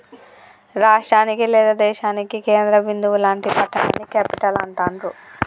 రాష్టానికి లేదా దేశానికి కేంద్ర బిందువు లాంటి పట్టణాన్ని క్యేపిటల్ అంటాండ్రు